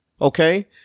Okay